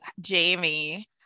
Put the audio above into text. Jamie